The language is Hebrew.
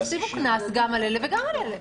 תטילו קנס גם על אלה וגם על אלה.